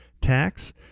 tax